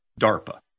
DARPA